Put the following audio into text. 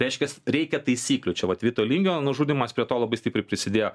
reiškias reikia taisyklių čia vat vito lingio nužudymas prie to labai stipriai prisidėjo